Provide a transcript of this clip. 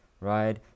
right